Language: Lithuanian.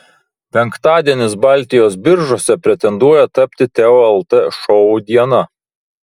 penktadienis baltijos biržose pretenduoja tapti teo lt šou diena